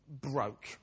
broke